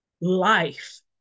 life